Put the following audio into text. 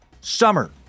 Summer